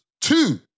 Two